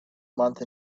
month